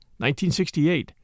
1968